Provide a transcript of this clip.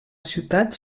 ciutat